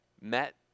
met